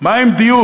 מה עם דיור?